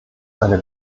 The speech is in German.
eine